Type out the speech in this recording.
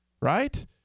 right